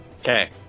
Okay